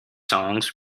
songs